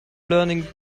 learning